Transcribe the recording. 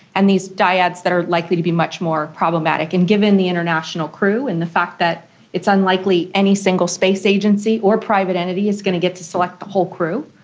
and these dyads that are likely to be much more problematic. and given the international crew and the fact that it's unlikely any single space agency or private entity is going to get to select the whole crew,